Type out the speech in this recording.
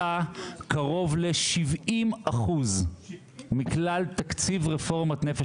שכן נוצר פה איזשהו שינוי שלא היה המון המון זמן וכן לפחות התחיל